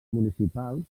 municipals